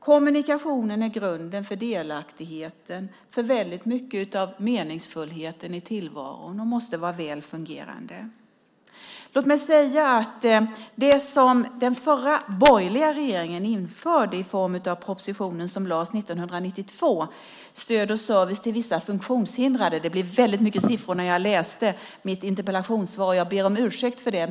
Kommunikationen är grunden för delaktigheten och för väldigt mycket av meningsfullheten i tillvaron och måste vara väl fungerande. Låt mig säga att den förra borgerliga regeringen 1992 lade fram propositionen Stöd och service till vissa funktionshindrade . Det blev väldigt mycket siffror när jag läste mitt interpellationssvar, och jag ber om ursäkt för det.